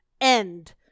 end